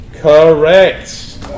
correct